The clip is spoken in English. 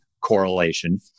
correlation